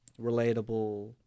relatable